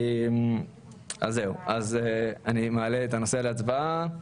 אז אני מעלה את הנושא להצבעה.